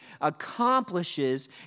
accomplishes